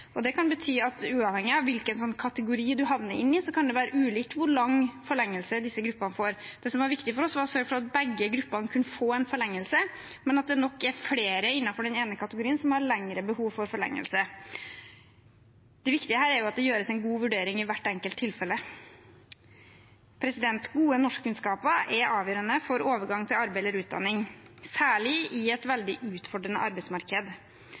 Det kan bety at uavhengig av hvilken kategori man havner i, kan det være ulikt hvor lang forlengelse gruppene får. Det som var viktig for oss, var å sørge for at begge gruppene kunne få forlengelse, men det er nok flere innenfor den ene kategorien som har behov for lengre forlengelse. Det viktige her er at det gjøres en god vurdering i hvert enkelt tilfelle. Gode norskkunnskaper er avgjørende for overgang til arbeid eller utdanning, særlig i et veldig utfordrende arbeidsmarked.